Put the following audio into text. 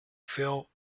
feel